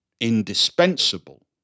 indispensable